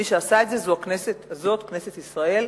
מי שעשה את זה זו הכנסת הזאת, כנסת ישראל,